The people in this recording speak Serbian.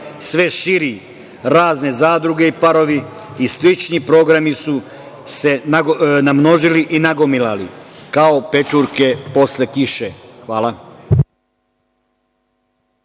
sve širi, razne „zadruge i parovi“ i slični programi su se namnožili i nagomilali kao pečurke posle kiše. Hvala.